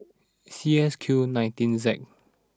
C S Q nineteen Z